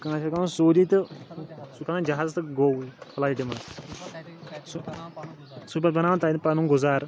کٲنٛسہِ آسہِ گژھُن سعودی تہٕ سُہ کھَژان جَہازَس تہٕ گوٚو فٕلایٹہِ منٛز سُہ سُہ پَتہٕ بَناوان تَتہِ پَنُن گُزارٕ